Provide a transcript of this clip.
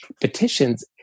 petitions